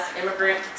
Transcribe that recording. immigrant